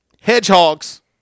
Hedgehogs